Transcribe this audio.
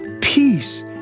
peace